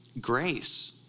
grace